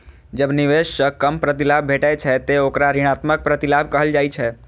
जब निवेश सं कम प्रतिलाभ भेटै छै, ते ओकरा ऋणात्मक प्रतिलाभ कहल जाइ छै